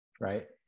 right